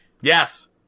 Yes